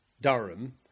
Durham